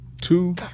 two